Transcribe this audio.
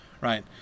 right